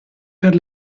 per